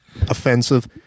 offensive